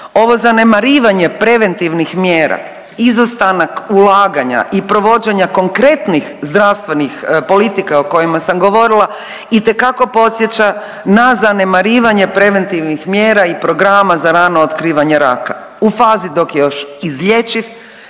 Ovo zanemarivanje preventivnih mjera, izostanak ulaganja i provođenja konkretnih zdravstvenih politika o kojima sam govorila itekako podsjeća na zanemarivanje preventivnih mjera i programa za radno otkrivanje raka u fazi dok je još izlječiv